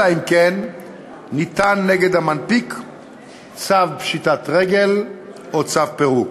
אלא אם כן ניתן נגד המנפיק צו פשיטת רגל או צו פירוק.